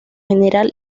general